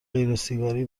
غیرسیگاری